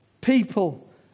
people